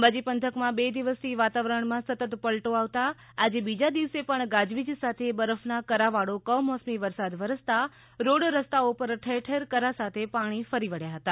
અંબાજી પંથકમાં બે દિવસથી વાતાવરણમાં સતત પલટો આવતા આજે બીજા દિવસે પણ ગાજવીજ સાથે બરફના કરાવાળો કમોસમી વરસાદ વરસતા રોડ રસ્તાઓ ઠેર ઠેર કરા સાથે પાણી ફરી વબ્યા હા